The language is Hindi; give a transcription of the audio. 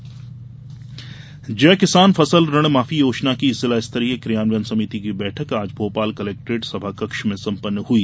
कृषि ऋणमाफी जय किसान फसल ऋण माफी योजना की जिला स्तरीय क्रियान्वयन समिति की बैठक आज भोपाल कलेक्ट्रेट सभाकक्ष में सम्पन्न हई